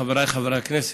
חבריי חברי הכנסת,